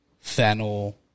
fennel